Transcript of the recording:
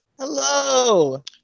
Hello